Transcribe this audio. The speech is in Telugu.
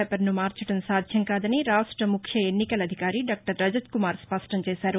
పేపర్ను మార్చడం సాధ్యం కాదని రాష్ట ముఖ్య ఎన్నికల అధికారి డాక్టర్ రజత్కుమార్ స్పష్టం చేశారు